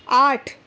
آٹھ